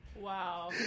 Wow